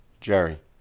Jerry